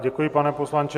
Děkuji, pane poslanče.